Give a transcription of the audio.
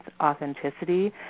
authenticity